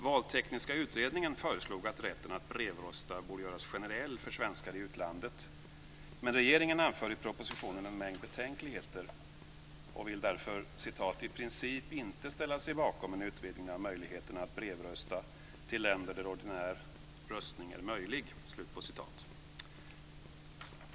Valtekniska utredningen föreslog att rätten att brevrösta borde göras generell för svenskar i utlandet, men regeringen anför i propositionen en mängd betänkligheter och vill därför "i princip inte ställa sig bakom en utvidgning av möjligheterna att brevrösta till länder där ordinär röstning är möjlig".